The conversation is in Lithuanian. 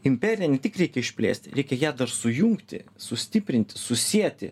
imperiją ne tik reikia išplėsti reikia ją dar sujungti sustiprinti susieti